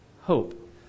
Hope